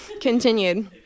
continued